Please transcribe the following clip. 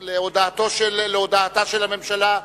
להודעתה של הממשלה,